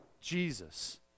Jesus